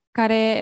care